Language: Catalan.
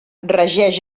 regeix